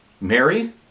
Mary